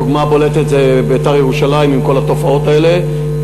הדוגמה הבולטת זה "בית"ר ירושלים" עם כל התופעות האלה,